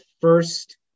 first